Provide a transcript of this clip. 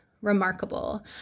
remarkable